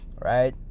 right